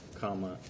comma